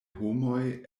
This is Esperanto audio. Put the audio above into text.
homoj